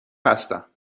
هستم